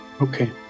okay